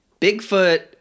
Bigfoot